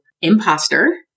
imposter